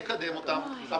נקדם אותם.